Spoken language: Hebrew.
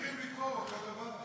אבל הם ממשיכים לבחור אותו דבר.